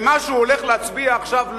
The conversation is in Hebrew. ומה שהוא הולך להצביע עכשיו,